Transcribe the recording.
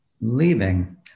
leaving